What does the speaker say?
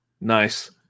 Nice